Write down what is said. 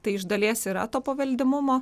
tai iš dalies yra to paveldimumo